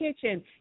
kitchen